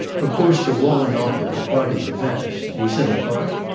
of course the walling off of a part of the past you said a part?